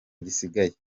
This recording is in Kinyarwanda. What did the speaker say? gisigaye